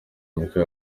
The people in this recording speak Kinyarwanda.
muhirwa